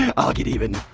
and i'll get even!